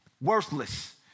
worthless